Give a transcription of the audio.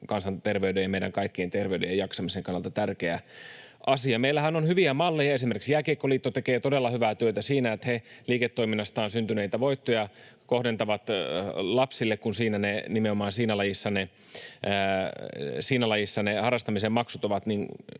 kansanterveyden ja meidän kaikkien terveyden ja jaksamisen kannalta tärkeä asia. Meillähän on hyviä malleja. Esimerkiksi Jääkiekkoliitto tekee todella hyvää työtä siinä, että he liiketoiminnastaan syntyneitä voittoja kohdentavat lapsille, kun nimenomaan siinä lajissa ne harrastamisen maksut ovat ehkä